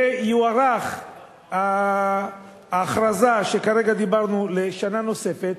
ותוארך ההכרזה שכרגע דיברנו עליה לשנה נוספת.